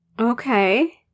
Okay